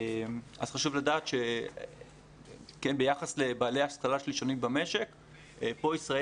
אז חשוב לדעת שביחס לבעלי השכלה שלישונית במשק פה ישראל